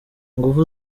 ingufu